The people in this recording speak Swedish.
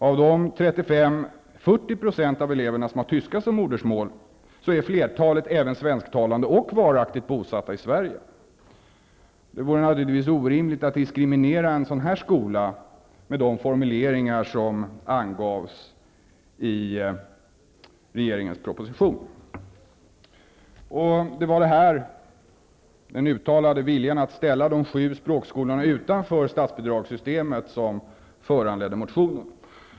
Av de 35-40 % av eleverna som har tyska som modersmål är flertalet även svensktalande och varaktigt bosatta i Det vore naturligtvis orimligt att diskriminera en sådan här skola med de formuleringar som fanns i regeringens proposition. Det var den uttalade viljan att ställa de sju språkskolorna utanför statsbidragssystemet som föranledde motionen.